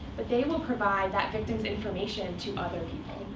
but they will provide that victim's information to other people.